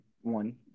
one